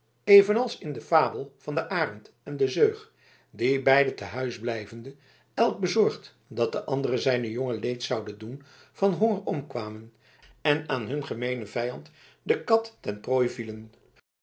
evenals in de fabel van den arend en de zeug die beide te huis blijvende elk bezorgd dat de andere zijnen jongen leed zoude doen van honger omkwamen en aan hun gemeenen vijand de kat ten